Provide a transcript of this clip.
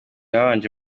babanje